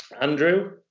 Andrew